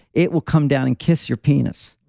it will come down and kiss your penis.